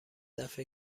دفه